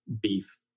beef